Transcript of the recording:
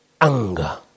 anger